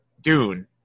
Dune